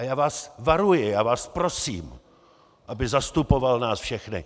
Já vás varuji, já vás prosím, aby zastupoval nás všechny.